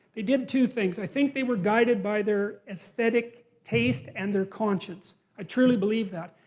they did two things. i think they were guided by their aesthetic taste and their conscience. i truly believe that.